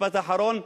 משפט אחרון,